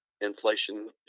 inflation